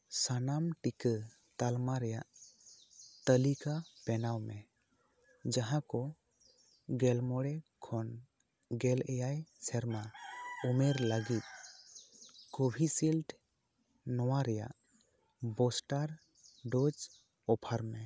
ᱥᱟᱱᱟᱢ ᱴᱤᱠᱟᱹ ᱛᱟᱞᱢᱟ ᱨᱮᱭᱟᱜ ᱛᱟᱞᱤᱠᱟ ᱵᱮᱱᱟᱣ ᱢᱮ ᱡᱟᱦᱟᱸ ᱠᱚ ᱜᱮᱞ ᱢᱚᱬᱮ ᱠᱷᱚᱱ ᱜᱮᱞ ᱮᱭᱟᱭ ᱥᱮᱨᱢᱟ ᱩᱢᱮᱨ ᱞᱟᱹᱜᱤᱫ ᱠᱳᱵᱷᱤᱥᱤᱞᱰ ᱱᱚᱣᱟ ᱨᱮᱭᱟᱜ ᱵᱩᱥᱴᱟᱨ ᱰᱳᱡᱽ ᱚᱯᱷᱟᱨ ᱢᱮ